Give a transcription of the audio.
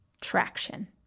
traction